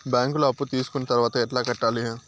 బ్యాంకులో అప్పు తీసుకొని తర్వాత ఎట్లా కట్టాలి?